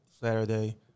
Saturday